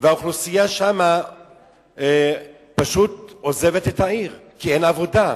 והאוכלוסייה שם פשוט עוזבת את העיר, כי אין עבודה,